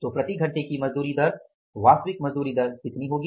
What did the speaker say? तो प्रति घंटे की मजदूरी दर वास्तविक मजदूरी दर कितनी होगी